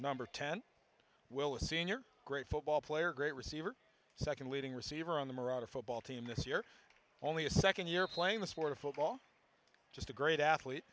number ten will a senior great football player great receiver second leading receiver on the marauder football team this year only a second year playing the sport of football just a great athlete